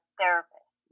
therapist